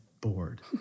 bored